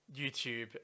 YouTube